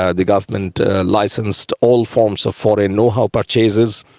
ah the government licensed all forms of foreign knowhow purchases,